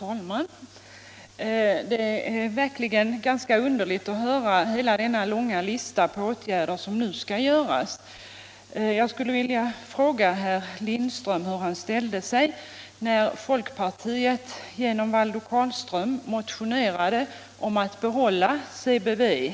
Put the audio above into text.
Herr talman! Det är verkligen ganska underligt att höra hela denna långa lista på åtgärder som nu skall vidtas. Jag skulle vilja fråga herr Lindström hur han ställde sig när folkpartiet genom Valdo Carlström motionerade om att CBV skulle behållas i statlig ägo.